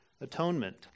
atonement